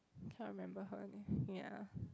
cannot remember her name ya